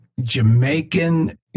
Jamaican